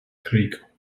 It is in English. creek